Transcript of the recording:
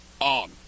on